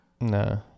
No